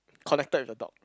connected with the dog